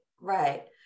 right